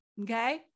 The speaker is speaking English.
okay